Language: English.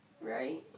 right